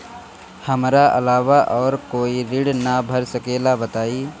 हमरा अलावा और कोई ऋण ना भर सकेला बताई?